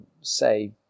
say